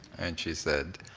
and she said,